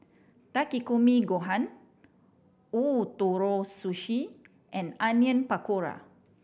Takikomi Gohan Ootoro Sushi and Onion Pakora